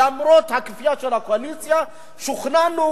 למרות הקביעה של הקואליציה שוכנענו,